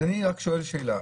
אז אני רק שואל שאלה,